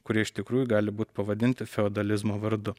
kurie iš tikrųjų gali būt pavadinti feodalizmo vardu